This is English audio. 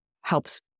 helps